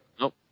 nope